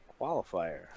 qualifier